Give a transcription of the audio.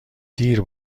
دیر